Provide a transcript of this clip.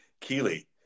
Keely